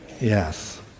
Yes